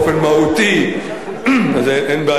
היא לא דרושה לו באופן מהותי, אז אין בעיה.